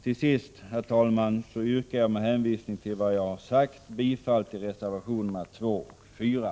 Till sist, herr talman, yrkar jag med hänvisning till vad jag har sagt bifall till reservationerna 2 och 4.